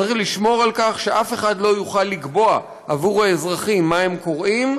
צריך לשמור על כך שאף אחד לא יוכל לקבוע עבור האזרחים מה הם קוראים,